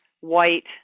white